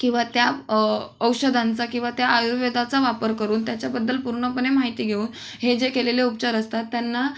किंवा त्या औषधांचा किंवा त्या आयुर्वेदाचा वापर करून त्याच्याबद्दल पूर्णपणे माहिती घेऊन हे जे केलेले उपचार असतात त्यांना